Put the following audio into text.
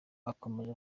akomeza